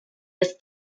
erst